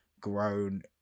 grown